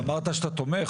אתה אמרת שאתה תומך.